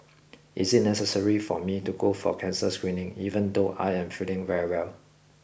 is it necessary for me to go for cancer screening even though I am feeling very well